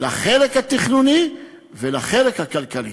לחלק התכנוני ולחלק הכלכלי.